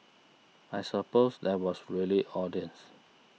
I suppose there was really audience